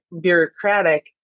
bureaucratic